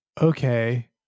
okay